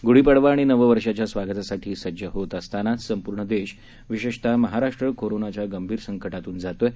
गुढी पाडवा आणि नववर्षाच्या स्वागतासाठी सज्ज होत असतानाच संपूर्ण देश विशेषतः महाराष्ट्र करोनाच्या गंभीर संकटातून जात आहे